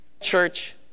Church